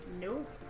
Nope